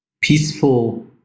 Peaceful